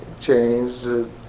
changed